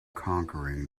conquering